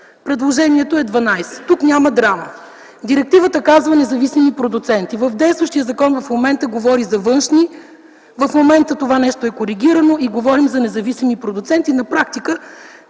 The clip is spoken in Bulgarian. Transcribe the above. Предложението е - 12. Тук няма драма. Директивата казва: „независими продуценти”. В действащия закон в момента говорим за външни. В момента това нещо е коригирано и говорим за независими продуценти. На практика